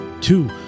Two